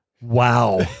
Wow